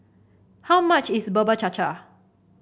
how much is Bubur Cha Cha